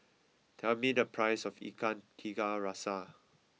tell me the price of Ikan Tiga Rasa